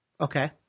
okay